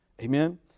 Amen